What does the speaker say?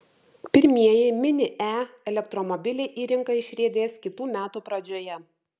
pirmieji mini e elektromobiliai į rinką išriedės kitų metų pradžioje